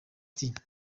tea